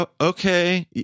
okay